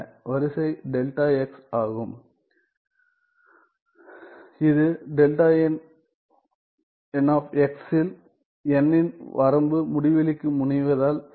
வரிசை ஆகும் இது இல் இன் வரம்பு முடிவிலிக்கு முனைவதால் கிடைக்கிறது